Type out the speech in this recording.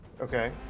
Okay